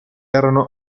erano